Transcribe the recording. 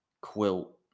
quilt